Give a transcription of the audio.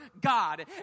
God